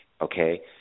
okay